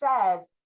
says